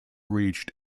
reached